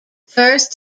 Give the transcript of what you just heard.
first